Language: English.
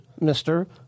mr